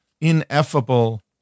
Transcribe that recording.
ineffable